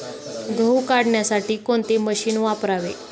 गहू काढण्यासाठी कोणते मशीन वापरावे?